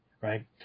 right